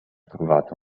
trovato